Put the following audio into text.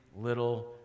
little